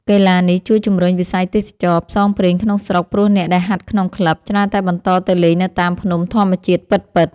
កីឡានេះជួយជំរុញវិស័យទេសចរណ៍ផ្សងព្រេងក្នុងស្រុក ព្រោះអ្នកដែលហាត់ក្នុងក្លឹប ច្រើនតែបន្តទៅលេងនៅតាមភ្នំធម្មជាតិពិតៗ។